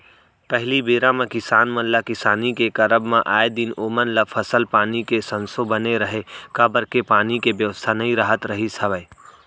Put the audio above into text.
पहिली बेरा म किसान मन ल किसानी के करब म आए दिन ओमन ल फसल पानी के संसो बने रहय काबर के पानी के बेवस्था नइ राहत रिहिस हवय